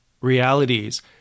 realities